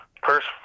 First